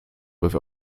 with